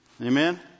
Amen